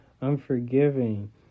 unforgiving